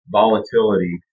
volatility